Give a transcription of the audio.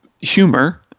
humor